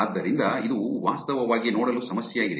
ಆದ್ದರಿಂದ ಇದು ವಾಸ್ತವವಾಗಿ ನೋಡಲು ಸಮಸ್ಯೆಯಾಗಿದೆ